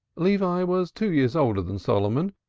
levi was two years older than solomon,